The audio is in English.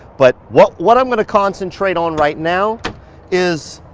but what what i'm gonna concentrate on right now is,